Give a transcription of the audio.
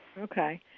Okay